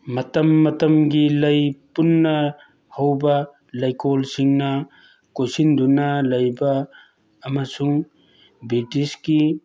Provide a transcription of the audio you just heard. ꯃꯇꯝ ꯃꯇꯝꯒꯤ ꯂꯩ ꯄꯨꯟꯅ ꯍꯧꯕ ꯂꯩꯀꯣꯜꯁꯤꯡꯅ ꯀꯣꯏꯁꯤꯟꯗꯨꯅ ꯂꯩꯕ ꯑꯃꯁꯨꯡ ꯕ꯭ꯔꯤꯇꯤꯁꯀꯤ